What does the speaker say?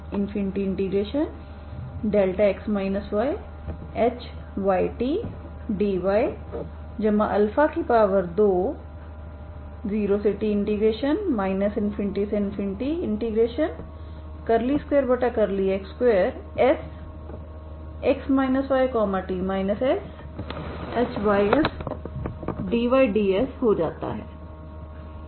इसलिएu2t u2t ∞δhytdy20t ∞2x2Sx yt shysdyds हो जाताहै